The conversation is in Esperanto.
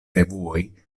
revuoj